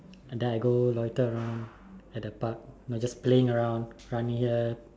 and then I go loiter around at the park like just playing around just running here